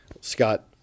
Scott